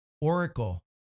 Oracle